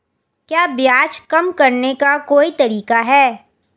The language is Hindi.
क्या ब्याज कम करने का कोई तरीका है?